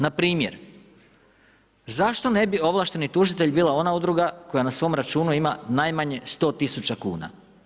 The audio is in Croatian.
Npr. zašto ne bi ovlašteni tužitelj bila ona udruga koja na svom računu ima najmanje 100 tisuća kuna?